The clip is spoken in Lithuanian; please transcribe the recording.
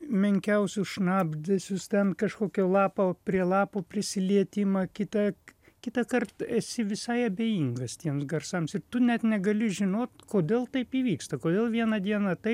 menkiausius šnabždesius ten kažkokio lapo prie lapo prisilietimą kitą kitąkart esi visai abejingas tiems garsams ir tu net negali žinot kodėl taip įvyksta kodėl vieną dieną taip